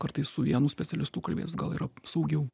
kartais su vienu specialistu kalbėtis gal yra saugiau